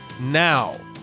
now